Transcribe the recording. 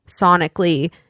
sonically